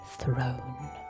throne